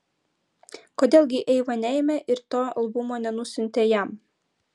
kodėl gi eiva neėmė ir to albumo nenusiuntė jam